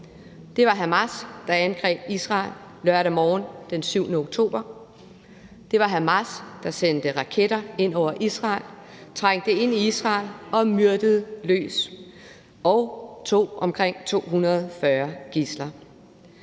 om morgenen lørdag den 7. oktober 2023. Det var Hamas, der sendte raketter ind over Israel, trængte ind i Israel, myrdede løs og tog omkring 240 gidsler.